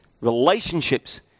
relationships